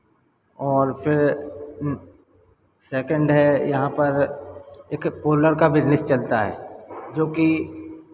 और फिर सेकेंड है यहाँ पर एक पोलर का बिज़नेस चलता है जोकि